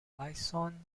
bison